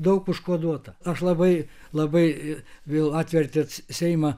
daug užkoduota aš labai labai vėl atvertėt seimą